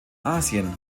asien